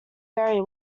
very